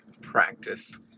practice